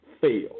fail